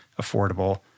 affordable